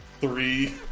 three